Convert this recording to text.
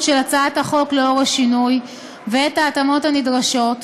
של הצעת החוק לאור השינוי ואת ההתאמות הנדרשות,